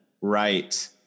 Right